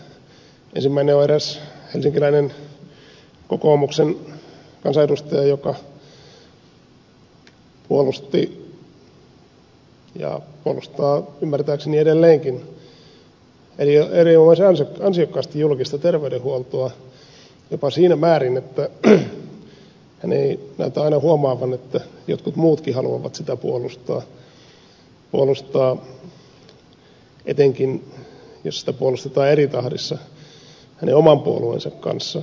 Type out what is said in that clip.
ensimmäinen on eräs helsinkiläinen kokoomuksen kansanedustaja joka puolusti ja puolustaa ymmärtääkseni edelleenkin erinomaisen ansiokkaasti julkista terveydenhuoltoa jopa siinä määrin että hän ei näytä aina huomaavan että jotkut muutkin haluavat sitä puolustaa etenkin jos sitä puolustetaan eri tahdissa hänen oman puolueensa kanssa